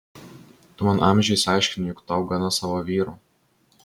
tu man amžiais aiškini jog tau gana savo vyro